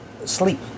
sleep